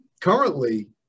currently